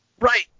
Right